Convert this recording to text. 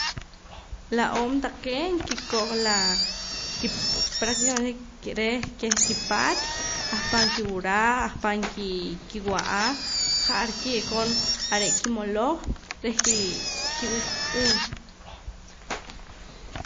La om taqee' nkikoj laa ki practicamente reh keh kipaat ahpa' kiwura ahpa' ki kiwa'a ja'ar kiye'koon are' kimoloj reh ki kiwii' kik'uun